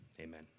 Amen